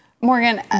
Morgan